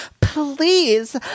please